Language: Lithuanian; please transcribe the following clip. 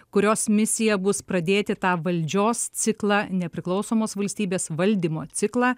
kurios misija bus pradėti tą valdžios ciklą nepriklausomos valstybės valdymo ciklą